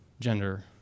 gender